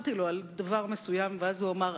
סיפרתי לו על דבר מסוים ואז הוא אמר,